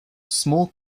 small